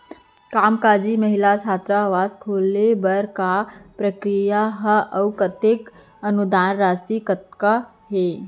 कामकाजी महिला छात्रावास खोले बर का प्रक्रिया ह अऊ कतेक अनुदान राशि कतका हे?